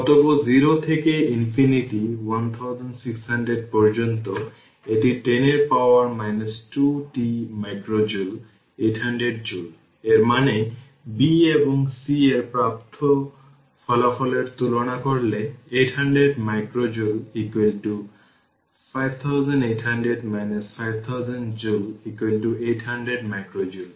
অতএব 0 থেকে ইনফিনিটি 1600 পর্যন্ত এটি 10 এর power 2 t micro joule 800 micro joule এর মানে b এবং c এর প্রাপ্ত ফলাফলের তুলনা করলে 800 micro joule 5800 5000 joule 800 micro joule